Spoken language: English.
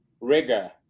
rigor